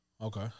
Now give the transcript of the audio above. Okay